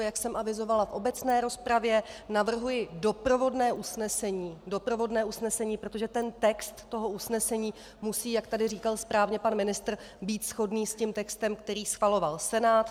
Jak jsem avizovala v obecné rozpravě, navrhuji doprovodné usnesení, protože text toho usnesení musí, jak tady říkal správně pan ministr, být shodný s tím textem, který schvaloval Senát.